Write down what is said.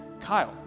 Kyle